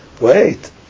Wait